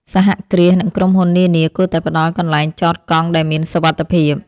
សហគ្រាស និងក្រុមហ៊ុននានាគួរតែផ្ដល់កន្លែងចតកង់ដែលមានសុវត្ថិភាព។